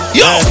yo